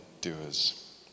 doers